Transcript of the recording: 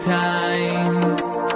times